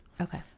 Okay